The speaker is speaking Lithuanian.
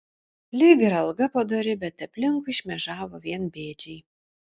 lyg ir alga padori bet aplinkui šmėžavo vien bėdžiai